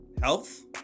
health